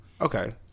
Okay